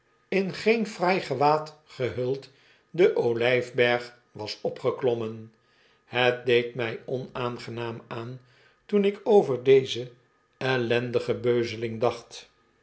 in geen fraai gewaad gehuld den olijfberg was opgeklommen het deed mij onaangenaam aan toen ik over deze ellendige beuzeling